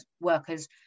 workers